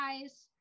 guys